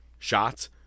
Shots